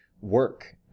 work